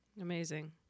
Amazing